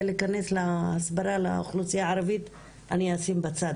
להיכנס להסברה לאוכלוסייה הערבית אני אשים בצד,